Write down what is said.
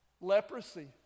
leprosy